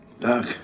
Doc